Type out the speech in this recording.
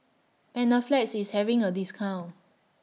Panaflex IS having A discount